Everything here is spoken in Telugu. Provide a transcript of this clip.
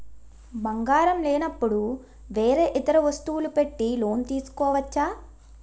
బంగారం లేనపుడు వేరే ఇతర వస్తువులు పెట్టి లోన్ తీసుకోవచ్చా?